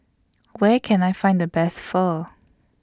Where Can I Find The Best Pho